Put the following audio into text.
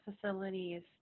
facilities